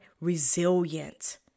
resilient